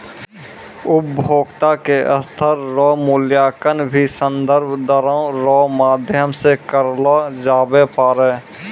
उपभोक्ता के स्तर रो मूल्यांकन भी संदर्भ दरो रो माध्यम से करलो जाबै पारै